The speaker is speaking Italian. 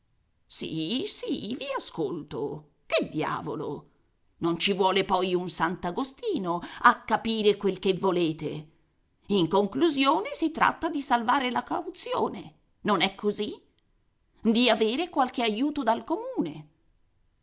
sì sì vi ascolto che diavolo non ci vuole poi un sant'agostino a capire quel che volete in conclusione si tratta di salvare la cauzione non è così di avere qualche aiuto dal comune